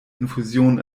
infusion